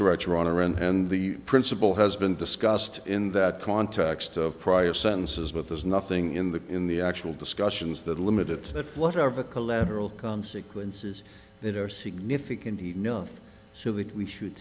correct your honor and the principle has been discussed in that context of prior sentences but there's nothing in the in the actual discussions that limited that whatever collateral consequences that are significant enough so that we should